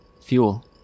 Fuel